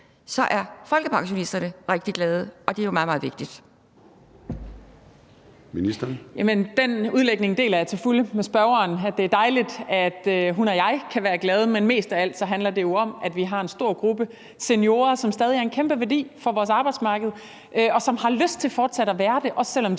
er folkepensionisterne rigtig glade, og det er jo meget, meget vigtigt.